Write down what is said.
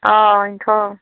औ बेन्थ'